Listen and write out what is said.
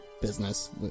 business